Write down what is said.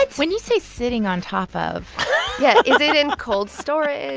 when you say sitting on top of. yeah. is it in cold storage?